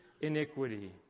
iniquity